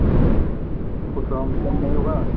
अच्छा कुछ और कम नहीं होगा